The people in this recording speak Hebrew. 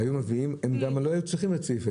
הם גם לא היו צריכים את סעיף (ה).